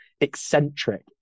eccentric